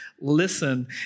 listen